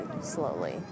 slowly